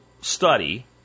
study